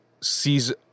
sees